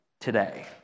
today